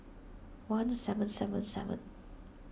one seven seven seven